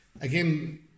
again